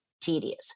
tedious